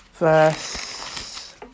Verse